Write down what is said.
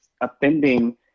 offending